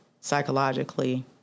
psychologically